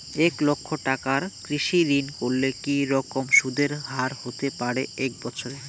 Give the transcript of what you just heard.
এক লক্ষ টাকার কৃষি ঋণ করলে কি রকম সুদের হারহতে পারে এক বৎসরে?